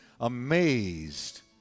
amazed